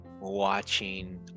watching